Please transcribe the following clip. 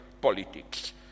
politics